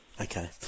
Okay